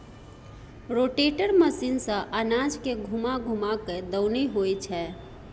rotator machine सँ अनाज के घूमा घूमा कय दऊनी होइ छै